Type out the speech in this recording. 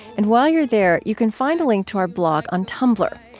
and while you're there, you can find a link to our blog on tumblr.